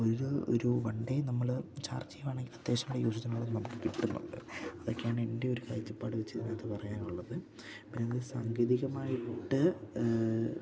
ഒരു ഒരു one day നമ്മള് ചാർജെയ്യുവാണെങ്കിൽ അത്യാവശ്യം നമ്മടെ യൂസേജിനുള്ളത് നമുക്ക് കിട്ടുന്നൊണ്ട് അതൊക്കെയാണ് എൻ്റെ ഒരു കാഴ്ചപ്പാട് വെച്ചിതിനകത്ത് പറയാനുള്ളത് പിന്നെത് സാങ്കേതികമായിട്ട്